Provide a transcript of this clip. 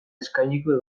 eskainiko